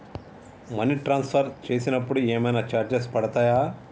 Money transfer చేసినప్పుడు ఏమైనా charges పడతయా?